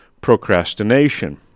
procrastination